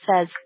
says